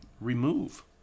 Remove